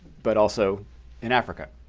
but also in africa,